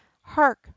hark